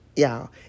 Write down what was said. Y'all